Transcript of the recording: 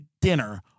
dinner